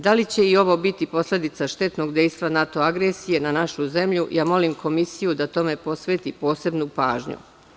Da li će i ovo biti posledica štetnog dejstva NATO agresije na našu zemlju, ja molim Komisiju da tome posveti posebnu pažnju.